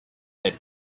that